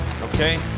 Okay